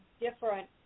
different